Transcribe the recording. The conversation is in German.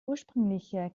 ursprüngliche